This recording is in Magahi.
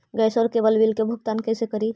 गैस और केबल बिल के कैसे भुगतान करी?